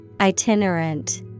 Itinerant